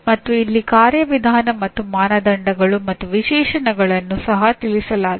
ಮತ್ತು ಇಲ್ಲಿ ಕಾರ್ಯವಿಧಾನ ಮತ್ತು ಮಾನದಂಡಗಳು ಮತ್ತು ವಿಶೇಷಣಗಳನ್ನು ಸಹ ತಿಳಿಸಲಾಗಿದೆ